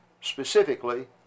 specifically